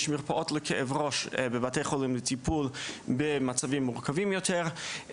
יש מרפאות לכאב ראש בבתי חולים לטיפול במצבים מורכבים יותר.